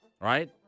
right